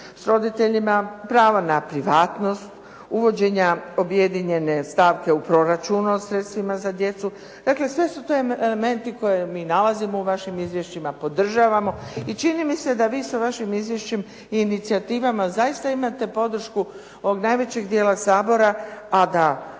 s roditeljima, prava na privatnost, uvođenja objedinjene stavke u proračunu o sredstvima za djecu. Dakle, sve su to elementi koje mi nalazimo u vašim izvješćima, podržavamo i čini mi se da vi sa vašim izvješćem i inicijativama zaista imate podršku ovog najvećeg dijela Sabora a da